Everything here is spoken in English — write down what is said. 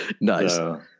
Nice